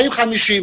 40 ו-50,